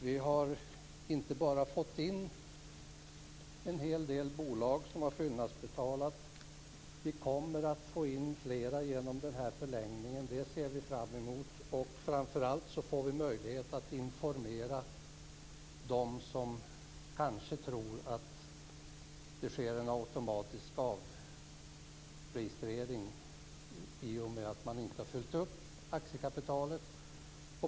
Vi har fått in en hel del bolag som har fyllnadsbetalat, och fler kommer vi att få in genom förlängningen. Det ser vi fram emot. Framför allt får vi möjlighet att informera dem som kanske tror att det automatiskt sker en avregistrering i och med att man inte fyllt upp aktiekapitalet.